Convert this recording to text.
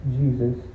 Jesus